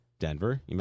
Denver